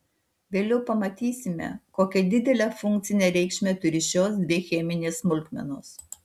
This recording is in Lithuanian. vėliau pamatysime kokią didelę funkcinę reikšmę turi šios dvi cheminės smulkmenos